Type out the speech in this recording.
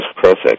perfect